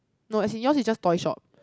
no as in yours is just toy shop